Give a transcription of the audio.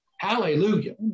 Hallelujah